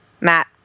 Matt